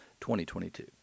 2022